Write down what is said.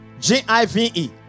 G-I-V-E